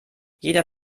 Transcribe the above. jeder